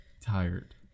tired